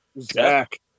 Zach